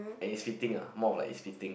and it's fitting ah more of like it's fitting